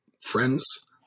friends